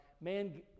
Man